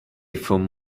from